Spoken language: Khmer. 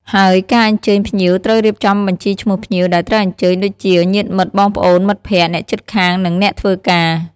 ហើយការអញ្ជើញភ្ញៀវត្រូវរៀបចំបញ្ជីឈ្មោះភ្ញៀវដែលត្រូវអញ្ជើញ ដូចជា ញាតិមិត្ត បងប្អូន មិត្តភក្តិ អ្នកជិតខាង និងអ្នកធ្វើការ។